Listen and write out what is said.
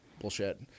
bullshit